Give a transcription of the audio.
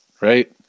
right